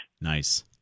Nice